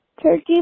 Turkey